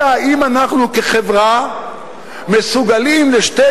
אלא האם אנחנו כחברה מסוגלים לאפשר לשתי